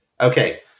Okay